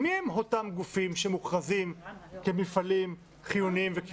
אני מול הטופס של מנהל מינהל חברה ונוער בקשר